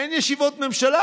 אין ישיבות ממשלה.